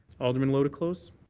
alderman lowe to close?